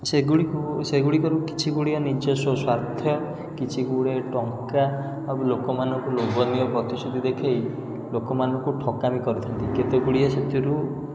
ସେଗୁଡ଼ିକୁ ସେଗୁଡ଼ିକରୁ କିଛି ଗୁଡ଼ିଏ ନିଜସ୍ୱ ସ୍ୱାର୍ଥ କିଛି ଗୁଡ଼ିଏ ଟଙ୍କା ଆଉ ଲୋକମାନଙ୍କୁ ଲୋଭନୀୟ ପ୍ରତିଶ୍ରୁତି ଦେଖେଇ ଲୋକମାନଙ୍କୁ ଠକାମି କରିଥାନ୍ତି କେତେ ଗୁଡ଼ିଏ ସେଥିରୁ